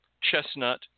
chestnut